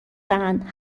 دهند